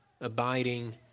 abiding